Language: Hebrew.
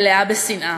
מלאה בשנאה,